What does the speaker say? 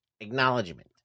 acknowledgement